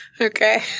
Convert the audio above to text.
Okay